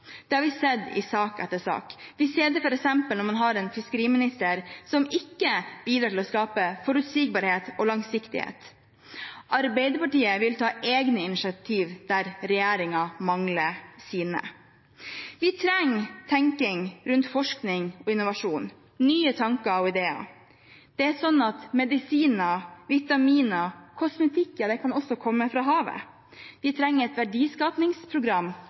det har vi sett i sak etter sak. Vi ser det f.eks. når man har en fiskeriminister som ikke bidrar til å skape forutsigbarhet og langsiktighet. Arbeiderpartiet vil ta egne initiativ der regjeringen mangler sine. Vi trenger tenkning rundt forskning og innovasjon – nye tanker og ideer. Det er sånn at medisiner, vitaminer og kosmetikk også kan komme fra havet. Vi trenger et verdiskapingsprogram